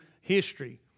history